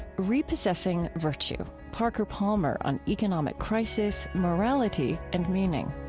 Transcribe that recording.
repossessing virtue parker palmer on economic crisis, morality, and meaning.